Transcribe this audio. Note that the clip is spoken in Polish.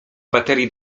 baterii